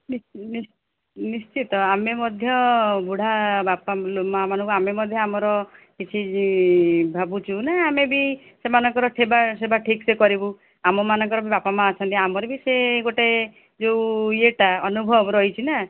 ନିଶ୍ଚିତ ଆମେ ମଧ୍ୟ ବୁଢ଼ା ବାପା ମାଆ ମାନଙ୍କୁ ଆମେ ମଧ୍ୟ ଆମର କିଛି ଭାବୁଛୁ ନା ଆମେ ବି ସେମାନଙ୍କର ଠେବା ସେବା ଠିକ୍ ସେ କରିବୁ ଆମ ମାନଙ୍କର ବି ବାପା ମାଆ ଅଛନ୍ତି ଆମର ବି ସେ ଗୋଟେ ଯେଉଁ ଇଏଟା ଅନୁଭବ ରହିଛି ନା